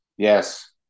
Yes